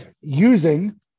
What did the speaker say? using